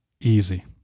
easy